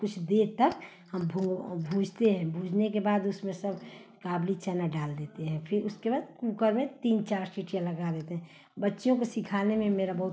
कुछ देर तक हम भूँजते हैं भूँजने के बाद उसमें सब काबुली चना डाल देते हैं फिर उसके बाद कुकर में तीन चार सीटी लगा देते हैं बच्चियों को सिखाने में मेरा बहुत